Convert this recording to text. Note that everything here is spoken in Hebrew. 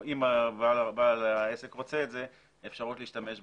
אם בעל העסק רוצה את זה, אפשרות להשתמש ב-SMS.